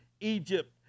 Egypt